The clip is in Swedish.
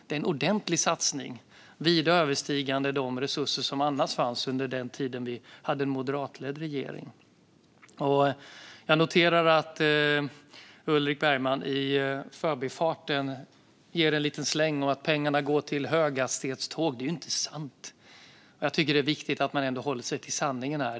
Det är en ordentlig satsning, vida överstigande de resurser som fanns på den tiden då vi hade en moderatledd regering. Jag noterar att Ulrik Bergman ger en släng åt höghastighetstågen och menar att pengarna går dit. Det är ju inte sant! Jag tycker att det är viktigt att man ändå håller sig till sanningen här.